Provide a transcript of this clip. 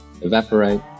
evaporate